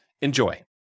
Enjoy